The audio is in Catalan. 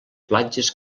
platges